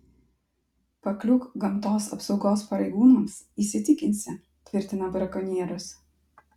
pakliūk gamtos apsaugos pareigūnams įsitikinsi tvirtina brakonierius